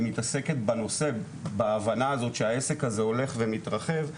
מתוך הבנה הזו שהעסק הזה הולך ומתרחב,